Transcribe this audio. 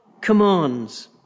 commands